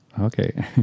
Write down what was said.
okay